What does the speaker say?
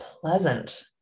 pleasant